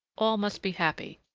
all must be happy,